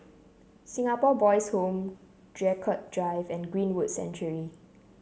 Singapore Boys' Home Draycott Drive and Greenwood Sanctuary